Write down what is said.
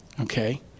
okay